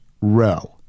row